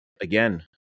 again